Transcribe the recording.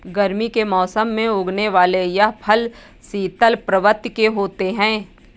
गर्मी के मौसम में उगने वाले यह फल शीतल प्रवृत्ति के होते हैं